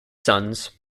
sons